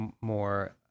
more